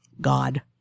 god